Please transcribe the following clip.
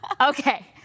Okay